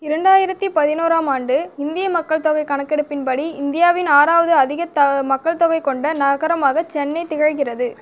இரண்டாயிரத்து பதினோராம் ஆண்டு இந்திய மக்கள் தொகை கணக்கெடுப்பின்படி இந்தியாவின் ஆறாவது அதிக த மக்கள் தொகை கொண்ட நகரமாக சென்னை திகழ்கிறது